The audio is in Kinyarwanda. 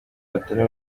batari